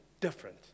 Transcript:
different